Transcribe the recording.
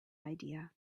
idea